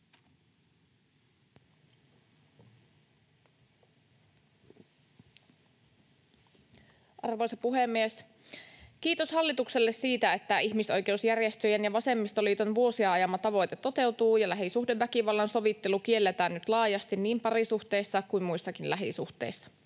Arvoisa puhemies! Kiitos hallitukselle siitä, että ihmisoikeusjärjestöjen ja vasemmistoliiton vuosia ajama tavoite toteutuu ja lähisuhdeväkivallan sovittelu kielletään nyt laajasti niin parisuhteissa kuin muissakin lähisuhteissa.